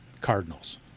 Cardinals